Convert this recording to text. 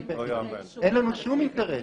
אין לנו שום אינטרס.